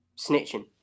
snitching